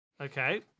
Okay